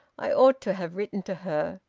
i ought to have written to her.